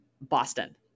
Boston